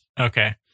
Okay